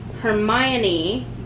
Hermione